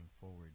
forward